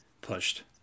pushed